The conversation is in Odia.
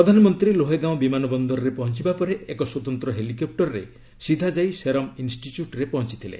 ପ୍ରଧାନମନ୍ତ୍ରୀ ଲୋହେଗାଓଁ ବିମାନ ବନ୍ଦରରେ ପହଞ୍ଚିବା ପରେ ଏକ ସ୍ୱତନ୍ତ୍ର ହେଲିକପୁରରେ ସିଧା ଯାଇ ସେରମ ଇନ୍ଷ୍ଟିଚ୍ୟୁଟ୍ରେ ପହଞ୍ଚିଥିଲେ